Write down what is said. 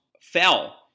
fell